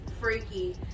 freaky